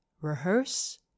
rehearse